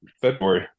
February